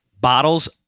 bottles